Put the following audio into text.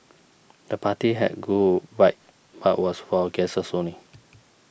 the party had a cool vibe but was for guests only